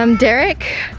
um derek,